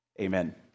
Amen